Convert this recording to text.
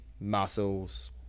muscles